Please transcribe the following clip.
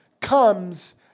comes